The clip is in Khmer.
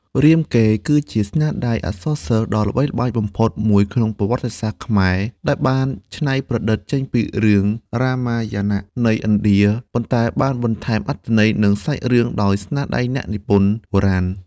រាមកេរ្តិ៍ គឺជាស្នាដៃអក្សរសិល្ប៍ដ៏ល្បីល្បាញបំផុតមួយក្នុងប្រវត្តិសាស្ត្រខ្មែរ ដែលបានច្នៃប្រឌិតចេញពីរឿងរាមាយណៈនៃឥណ្ឌា ប៉ុន្តែបានបន្ថែមអត្ថន័យ និងសាច់រឿងដោយស្នាដៃអ្នកនិពន្ធបុរាណ។